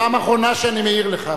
פעם אחרונה שאני מעיר לך.